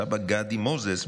סבא גדי מוזס,